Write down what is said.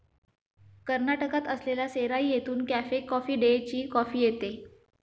कर्नाटकात असलेल्या सेराई येथून कॅफे कॉफी डेची कॉफी येते